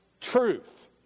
truth